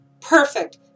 perfect